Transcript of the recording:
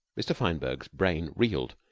mr. fineberg's brain reeled.